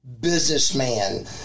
businessman